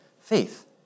Faith